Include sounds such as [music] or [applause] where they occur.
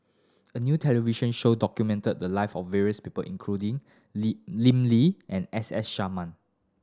a new television show documented the live of various people including [unintelligible] Lim Lee and S S Sarma